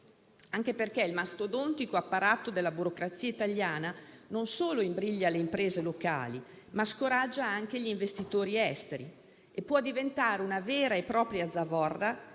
vincoli vari. Il mastodontico apparato della burocrazia italiana non solo imbriglia le imprese locali, ma scoraggia anche gli investitori esteri e può diventare una vera e propria zavorra